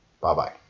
Bye-bye